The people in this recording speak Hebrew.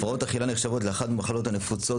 הפרעות אכילה נחשבות לאחת מהמחלות הנפוצות